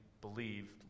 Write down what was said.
believe